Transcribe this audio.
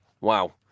Wow